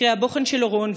מקרה הבוחן של אורון,